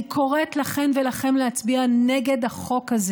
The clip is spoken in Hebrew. אני קוראת לכן ולכם להצביע נגד החוק הזה.